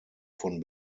von